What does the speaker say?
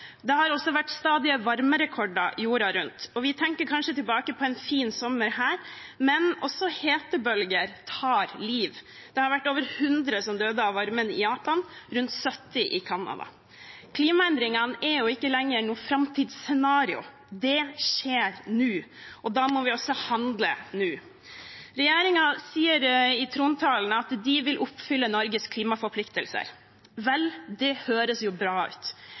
her, men også hetebølger tar liv – over 100 døde av varmen i Japan og rundt 70 i Canada. Klimaendringene er ikke lenger noe framtidsscenario. Det skjer nå, og da må vi også handle nå. Regjeringen sier i trontalen at de vil oppfylle Norges klimaforpliktelser. Det høres jo bra ut,